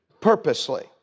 Purposely